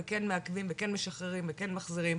וכן מעכבים וכן משחררים וכן מחזירים.